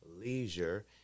leisure